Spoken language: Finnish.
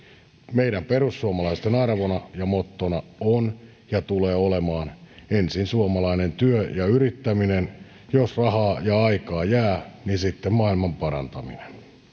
meidän perussuomalaisten arvona ja mottona on ja tulee olemaan ensin suomalainen työ ja yrittäminen ja jos rahaa ja aikaa jää sitten maailmanparantaminen